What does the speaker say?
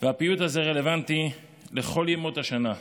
והפיוט הזה רלוונטי לכל ימות השנה,